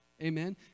amen